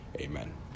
Amen